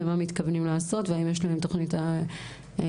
ומה מתכוונים לעשות והאם יש להם תוכנית פעולה